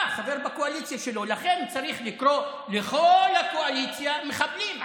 אתה חבר בקואליציה שלו ולכן צריך לקרוא לכל הקואליציה מחבלים,